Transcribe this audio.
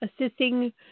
assisting